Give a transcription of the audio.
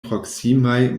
proksimaj